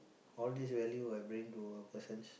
all this value I bring to a person's